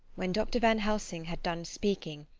when dr. van helsing had done speaking,